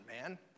man